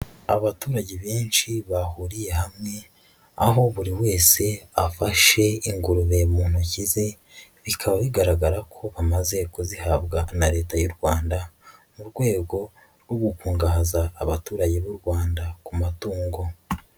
Abaturage benshi bahuriye hamwe aho buri wese afashe ingurube mu ntoki ze, bikaba bigaragara ko bamaze kuzihabwa na Leta y'u Rwanda mu rwego rwo gukungahaza abaturage b'u Rwanda ku matungo.